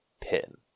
pin